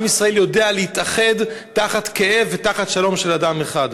עם ישראל יודע להתאחד תחת כאב ותחת שלום של אדם אחד.